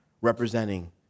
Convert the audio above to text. representing